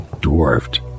Dwarfed